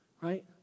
Right